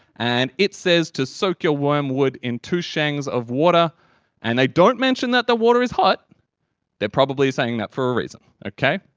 and it says to soak your wormwood in two shengs of water and they don't mention that the water is hot they're probably saying that for a reason. okay?